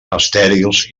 estèrils